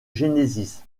genesis